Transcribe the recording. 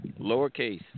lowercase